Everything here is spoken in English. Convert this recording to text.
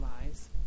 lies